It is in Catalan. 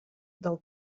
del